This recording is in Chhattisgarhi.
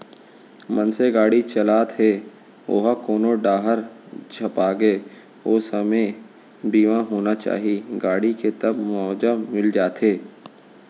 मनसे गाड़ी चलात हे ओहा कोनो डाहर झपागे ओ समे बीमा होना चाही गाड़ी के तब मुवाजा मिल जाथे